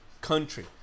country